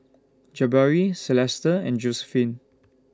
Jabari Celesta and Josiephine